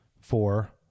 four